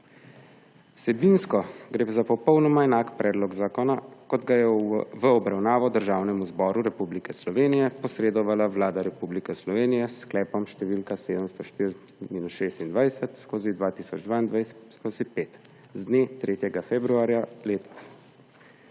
Vsebinsko gre za popolnoma enak predlog zakona, kot ga je v obravnavo Državnemu zboru Republike Slovenije posredovala Vlada Republike Slovenije s sklepom številka 704-26/2022/5 z dne 3. februarja letos.